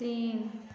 तीन